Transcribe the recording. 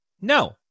no